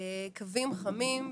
קווים חמים,